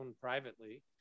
privately